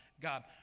God